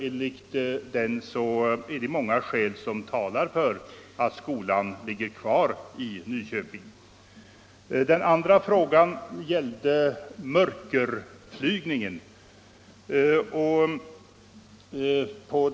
Enligt den talar många skäl för att skolan ligger kvar i Nyköping. Den andra frågan gällde mörkerflygningen.